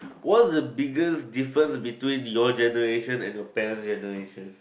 what's the biggest difference between your generation and your parent's generation